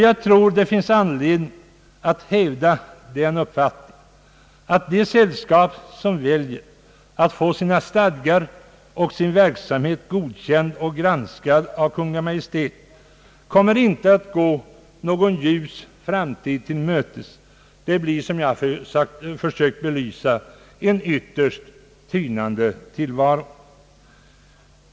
Jag tror det finns anledning att hävda den uppfattningen att de sällskap som väljer att få sina stadgar godkända och sin verksamhet granskad av Kungl. Maj:t inte kommer att gå någon ljus framtid till mötes. Det blir, som jag försökt belysa, en ytterst tynande tillvaro.